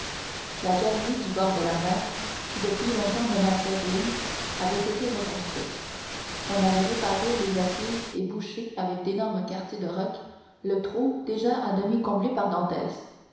la galerie du bord de la mer qui depuis longtemps menaçait ruine avait été reconstruite on avait réparé les assises et bouché avec d'énormes quartiers de roc le trou déjà à demi comblé par dantès